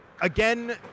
again